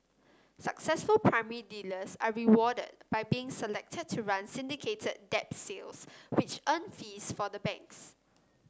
successful primary dealers are rewarded by being selected to run syndicated debt sales which earn fees for the banks